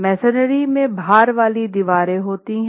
masonry में भार वाली दीवारें होती हैं